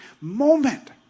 moment